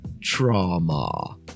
Trauma